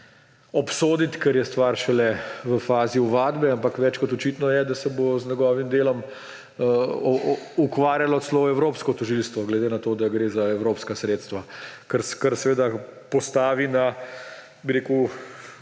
obsoditi, ker je stvar šele v fazi ovadbe, ampak več kot očitno je, da se bo z njegovim delom ukvarjalo celo evropsko tožilstvo, glede na to, da gre za evropska sredstva, kar seveda postavi na … ali